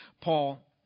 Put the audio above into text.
Paul